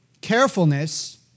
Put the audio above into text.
carefulness